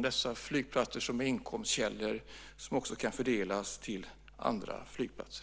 Dessa flygplatser är inkomstkällor som gör att en fördelning kan ske också till andra flygplatser.